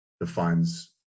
defines